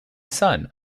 son